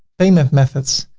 payment methods,